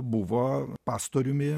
buvo pastoriumi